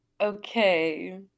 Okay